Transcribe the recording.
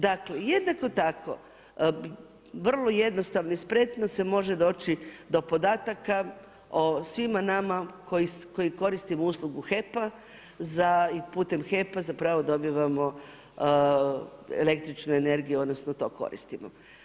Dakle, jednako tako, vrlo jednostavno i spretno se može doći do podataka o svima nama koji koristimo uslugu HEP-a, za i putem HEP-a zapravo dobivamo električnu energiju, odnosno to koristimo.